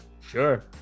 Sure